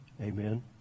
Amen